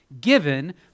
given